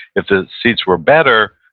if the seats were better,